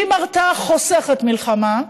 לעיתים הרתעה חוסכת מלחמה,